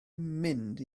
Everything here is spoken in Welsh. mynd